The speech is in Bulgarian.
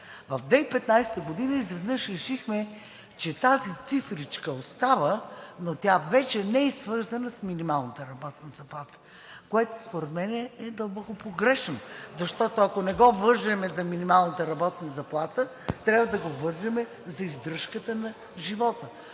В 2015 г. изведнъж решихме, че тази цифричка остава, но тя вече не е свързана с минималната работна заплата, което според мен е дълбоко погрешно. Защото, ако не го вържем за минималната работна заплата, трябва да го вържем за издръжката на живота.